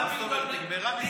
כשהשר אביגדור ליברמן נעלם,